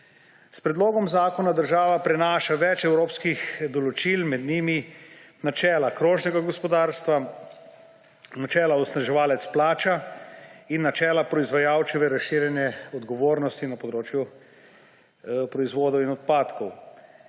S predlogom zakona država prinaša več evropskih določil, med njimi načela krožnega gospodarstva, načela onesnaževalec plača in načela proizvajalčeve razširjene odgovornosti na področju proizvodov in odpadkov.